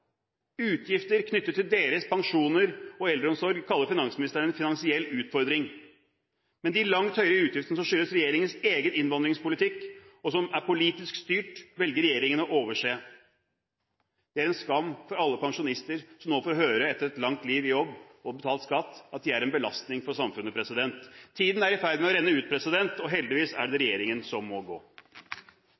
Utgifter knyttet til deres pensjoner og eldreomsorg kaller finansministeren en finansiell utfordring. Men de langt høyere utgiftene som skyldes regjeringens egen innvandringspolitikk, og som er politisk styrt, velger regjeringen å overse. Det er en skam for alle pensjonister, som nå får høre etter et langt liv hvor de har jobbet og betalt skatt, at de er en belastning for samfunnet. Tiden er i ferd med å renne ut, og heldigvis er det regjeringen som må gå.